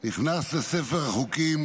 לספר החוקים